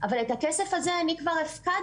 אבל את הכסף הזה אני כבר הפקדתי.